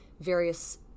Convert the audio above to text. various